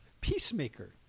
peacemaker